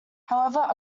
however